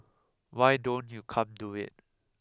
why don't you come do it